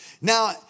Now